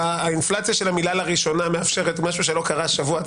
האינפלציה של המילה "לראשונה" מאפשרת משהו שלא קרה שבוע.